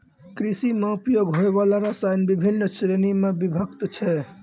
कृषि म उपयोग होय वाला रसायन बिभिन्न श्रेणी म विभक्त छै